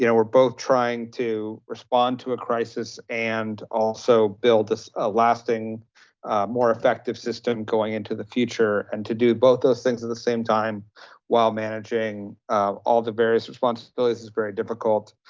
you know we're both trying to respond to a crisis and also build a lasting more effective system going into the future and to do both those things at the same time while managing all the various responsibilities is very difficult.